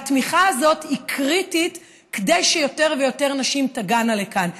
והתמיכה הזאת היא קריטית כדי שיותר ויותר נשים תגענה לכאן.